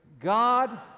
God